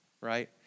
right